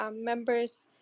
members